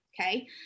okay